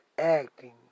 acting